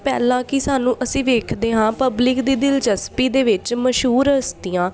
ਪਹਿਲਾਂ ਕਿ ਸਾਨੂੰ ਅਸੀਂ ਵੇਖਦੇ ਹਾਂ ਪਬਲਿਕ ਦੇ ਦਿਲਚਸਪੀ ਦੇ ਵਿੱਚ ਮਸ਼ਹੂਰ ਹਸਤੀਆਂ